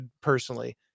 personally